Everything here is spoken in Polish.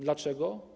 Dlaczego?